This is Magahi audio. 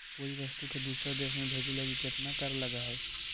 कोई वस्तु के दूसर देश में भेजे लगी केतना कर लगऽ हइ?